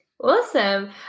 Awesome